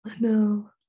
No